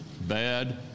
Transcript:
bad